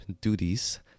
duties